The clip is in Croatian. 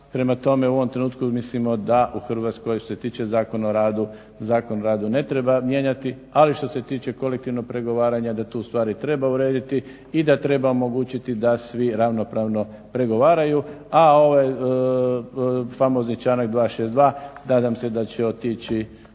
Prema tome, u ovom trenutku mislimo da u Hrvatskoj što se tiče Zakona o radu Zakon o radu ne treba mijenjati, ali što se tiče kolektivnog pregovaranja da tu stvari treba urediti i da treba omogućiti da svi ravnopravno pregovaraju. A ovaj famozni članak 262. nadam se da će otići